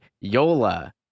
Yola